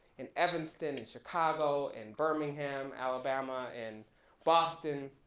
in evanston, in chicago, in birmingham, alabama, in boston,